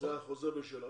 זה החוזר בשאלה.